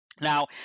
Now